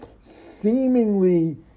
seemingly